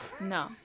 no